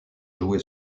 joué